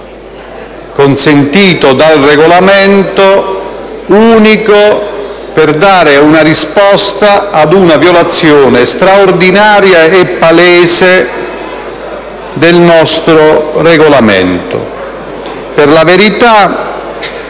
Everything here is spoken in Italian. consentito dal Regolamento adeguato a dare una risposta ad una violazione straordinaria e palese del nostro Regolamento. Per la verità,